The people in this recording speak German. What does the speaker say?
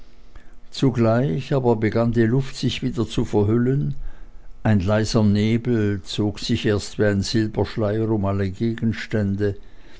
zugleich aber begann die luft sich wieder zu verhüllen ein leiser nebel zog sich erst wie ein silberschleier um alle gegenstände